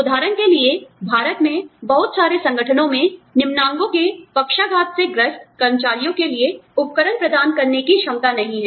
उदाहरण के लिए भारत में बहुत सारे संगठनों में निम्नांगों के पक्षाघात से ग्रस्त कर्मचारियों के लिए उपकरण प्रदान करने की क्षमता नहीं है